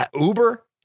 Uber